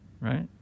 right